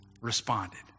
responded